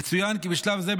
יצוין כי בשלב זה,